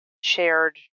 shared